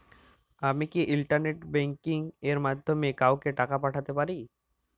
আমি কি internet banking এর মাধ্যমে কাওকে টাকা পাঠাতে পারি?